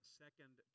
second